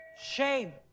Shame